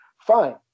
Fine